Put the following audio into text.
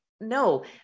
no